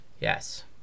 Yes